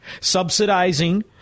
Subsidizing